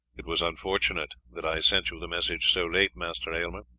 it was unfortunate that i sent you the message so late, master aylmer.